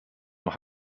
know